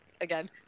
Again